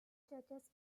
churches